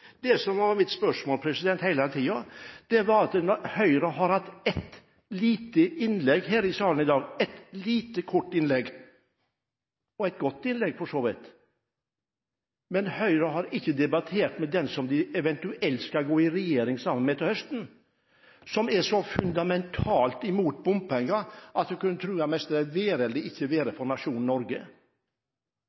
som jeg hele tiden har stilt spørsmål ved – Høyre har hatt ett lite innlegg her i salen i dag, ett lite, kort innlegg og for så vidt et godt innlegg – er at Høyre ikke har debattert med den som de eventuelt skal gå i regjering sammen med til høsten, som er så fundamentalt imot bompenger at man mest kunne tro at det var et være eller ikke være for nasjonen Norge.